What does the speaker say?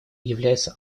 является